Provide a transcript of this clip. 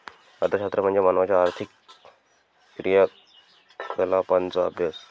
अर्थशास्त्र म्हणजे मानवाच्या आर्थिक क्रियाकलापांचा अभ्यास